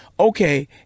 okay